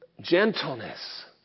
gentleness